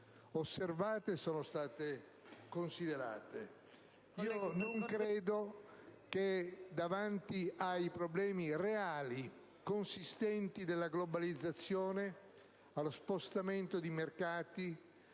osservate e sono state considerate. Non credo che davanti ai problemi reali e consistenti della globalizzazione, dello spostamento dei mercati